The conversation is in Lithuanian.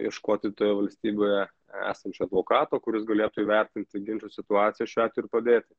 ieškoti toje valstybėje esančio advokato kuris galėtų įvertinti ginčo situaciją šiuo atveju ir padėti